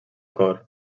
cort